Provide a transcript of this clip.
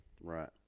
Right